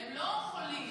הם לא חולים.